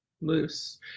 loose